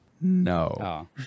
No